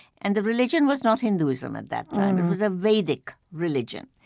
and the religion was not hinduism at that time. it was a vedic religion.